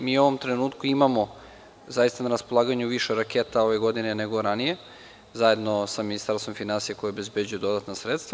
Mi u ovom trenutku imamo zaista na raspolaganju više raketa ove godine, nego ranije zajedno sa Ministarstvom finansija koje obezbeđuje dodatna sredstva.